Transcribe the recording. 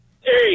Hey